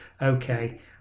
okay